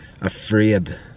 afraid